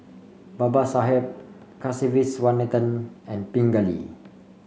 Babasaheb Kasiviswanathan and Pingali